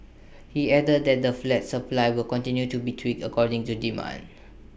he added that the flat supply will continue to be tweaked according to demand